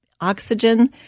oxygen